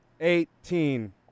Eighteen